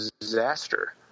disaster